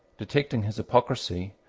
detecting his hypocrisy,